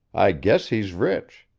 i guess he's rich.